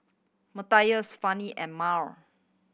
Mathias Fanny and Mal